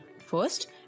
First